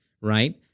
right